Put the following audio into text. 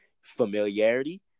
Familiarity